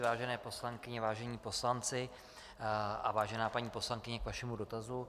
Vážené poslankyně, vážení poslanci a vážená paní poslankyně, k vašemu dotazu.